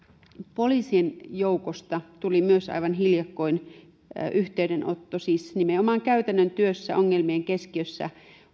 poliisien joukosta tuli aivan hiljakkoin yhteydenotto siis nimenomaan käytännön työssä ongelmien keskiössä